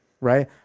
right